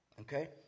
Okay